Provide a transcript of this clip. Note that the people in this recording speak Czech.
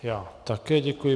Já také děkuji.